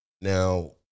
Now